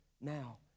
now